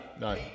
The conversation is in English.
no